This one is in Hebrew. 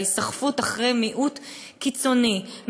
ההיסחפות אחרי מיעוט קיצוני,